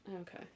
Okay